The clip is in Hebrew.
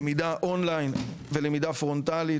למידה און ליין ולמידה פרונטלית,